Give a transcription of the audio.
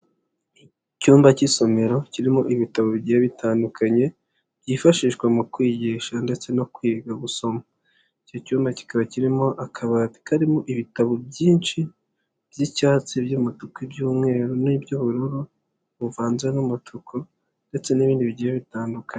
Icyumba cy'isomero kirimo ibitabo bigiye bitandukanye byifashishwa mu kwigisha ndetse no kwiga gusoma, icyo cyumbmba kikaba kirimo akabati karimo ibitabo byinshi, iby'icyatsi, iby'umutuku, iby'umweru n'iby'ubururu buvanze n'umutuku ndetse n'ibindi bigiye bitandukanye.